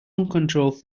uncontrolled